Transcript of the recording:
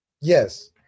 Yes